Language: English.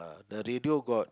the radio got